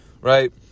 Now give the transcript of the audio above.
right